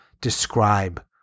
describe